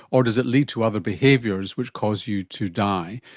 or does it lead to other behaviours which cause you to die?